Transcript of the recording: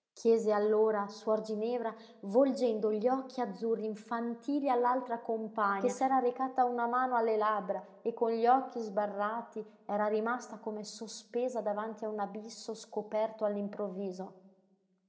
chiese allora suor ginevra volgendo gli occhi azzurri infantili all'altra compagna che s'era recata una mano alle labbra e con gli occhi sbarrati era rimasta come sospesa davanti a un abisso scoperto